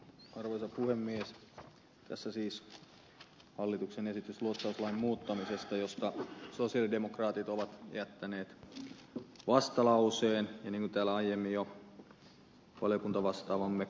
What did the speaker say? tässä on siis hallituksen esitys luotsauslain muuttamisesta josta sosialidemokraatit ovat jättäneet vastalauseen ja niin kuin täällä aiemmin jo valiokuntavastaavamme ed